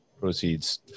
proceeds